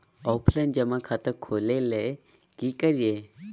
Offline जमा खाता खोले ले की करिए?